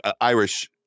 Irish